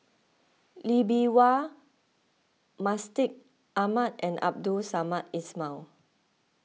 Lee Bee Wah Mustaq Ahmad and Abdul Samad Ismail